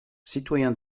citoyen